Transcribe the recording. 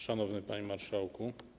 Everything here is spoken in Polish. Szanowny Panie Marszałku!